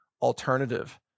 alternative